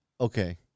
okay